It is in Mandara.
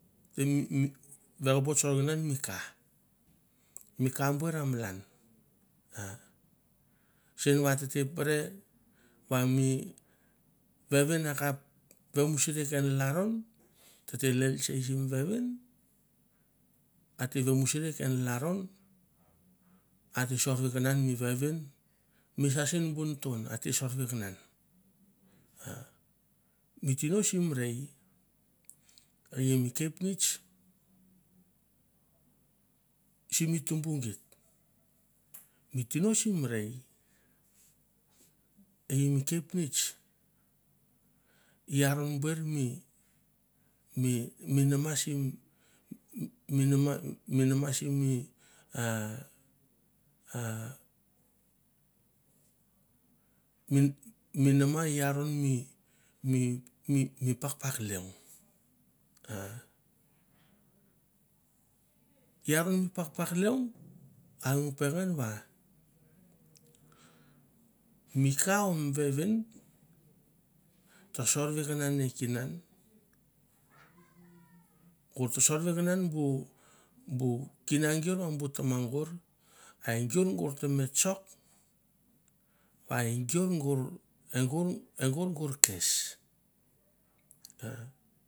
Teng ng vekapot sorvikinan mi ka, mi ka buer a malan, sen va tete pere va mi vevin a kap vemusri ken lalron, ate sorvikinan mi vevin misa sen bu n'tun ate sorvikinan. Mi tino sim rei e i mi kepnets i aron ber mi mi mi nama sim, mi nama simi a a mi nama i aron mi mi mi pa pa leong. A i aron mi pak pak leong ang peven va mi ka o mi vevin ta sorvikinan e kinan gor ta sorveknan bu kina gor ma bu tama gor a e gor, gor ta me tsok va e gor gor e gor gor kes